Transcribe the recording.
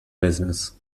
business